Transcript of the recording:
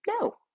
No